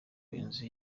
inzu